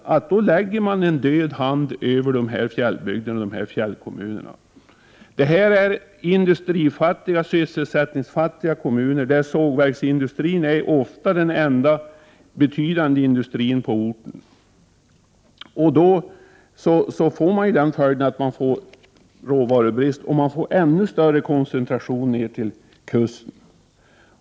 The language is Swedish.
Därför skulle det läggas en död hand över fjällkommunerna. Här rör det sig om industrioch sysselsättningsfattiga kommuner. Sågverksindustrin är ofta den enda betydande industrin på orten. Följden blir då råvarubrist och ytterligare koncentration till kusten.